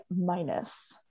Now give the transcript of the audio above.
minus